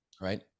right